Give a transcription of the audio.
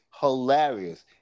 hilarious